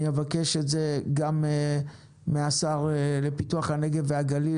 אני אבקש את זה גם מהשר לפיתוח הנגב והגליל,